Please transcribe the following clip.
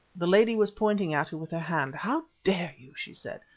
the lady was pointing at her with her hand. how dare you? she said.